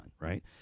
right